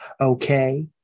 okay